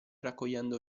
raccogliendo